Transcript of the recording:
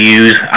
use